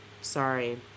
Sorry